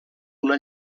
una